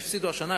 הפסידו השנה,